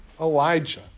Elijah